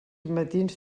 matins